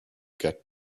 get